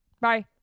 Bye